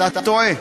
אתה טועה.